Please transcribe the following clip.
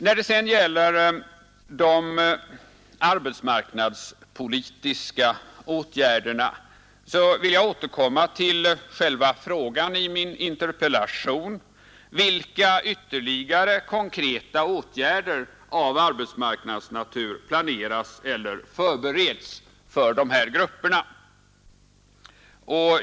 När det sedan gäller de arbetsmarknadspolitiska åtgärderna vill jag återkomma till själva frågan i min interpellation: Vilka ytterligare konkreta åtgärder av arbetsmarknadsnatur planeras eller förbereds för dessa grupper?